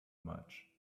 much